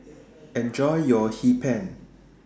Enjoy your Hee Pan